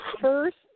first